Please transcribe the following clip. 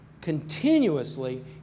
continuously